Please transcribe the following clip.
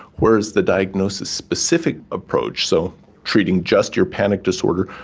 whereas the diagnosis-specific approach, so treating just your panic disorder,